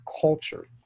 culture